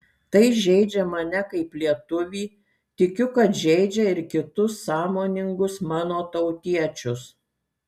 tai žeidžia mane kaip lietuvį tikiu kad žeidžia ir kitus sąmoningus mano tautiečius